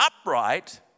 upright